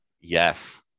Yes